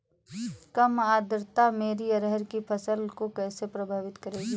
कम आर्द्रता मेरी अरहर की फसल को कैसे प्रभावित करेगी?